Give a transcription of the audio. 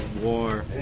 war